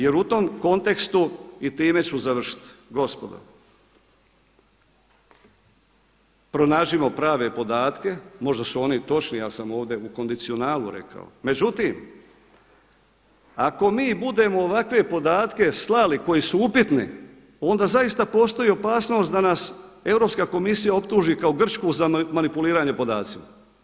Jer u tom kontekstu, i time ću završiti, gospodo pronađimo prave podatke, možda su oni i točni, ja sam ovdje u kondicionalu rekao, međutim ako mi budemo ovakve podatke slali koji su upitni onda zaista postoji opasnost da nas Europska komisija optuži kao Grčku za manipuliranje podacima.